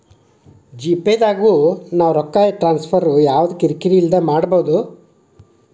GPay ದಾಗು ನಾವ್ ರೊಕ್ಕ ಟ್ರಾನ್ಸ್ಫರ್ ಯವ್ದ ಕಿರಿ ಕಿರಿ ಇಲ್ದೆ ಮಾಡ್ಬೊದು